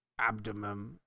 abdomen